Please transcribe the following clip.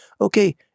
Okay